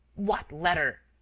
what letter?